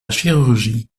chirurgie